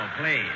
please